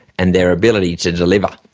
and their ability to deliver.